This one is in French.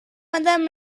madame